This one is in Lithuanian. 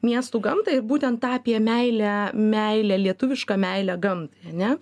miestų gamtą ir būtent tą apie meilę meilę lietuvišką meilę gamtai ane